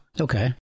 Okay